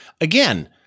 again